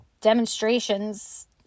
demonstrations